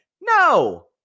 No